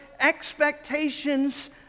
expectations